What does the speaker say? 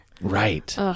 right